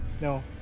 no